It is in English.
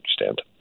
understand